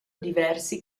diversi